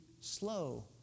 slow